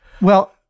Well-